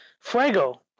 Fuego